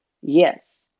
Yes